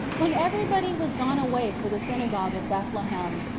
when everybody was gone away for the synagogue of bethlehem,